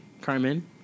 Carmen